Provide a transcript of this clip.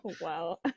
wow